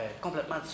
complètement